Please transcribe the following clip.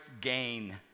gain